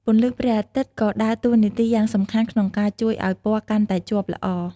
ពន្លឺព្រះអាទិត្យក៏ដើរតួនាទីយ៉ាងសំខាន់ក្នុងការជួយឱ្យពណ៌កាន់តែជាប់ល្អ។